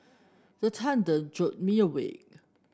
the thunder jolt me awake